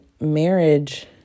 marriage